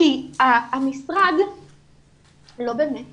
כי המשרד לא באמת